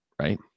Right